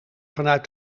vanuit